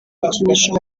bikinisho